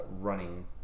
running